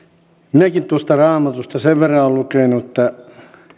minäkin tuosta raamatusta sen verran olen lukenut että